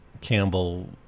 Campbell